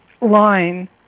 line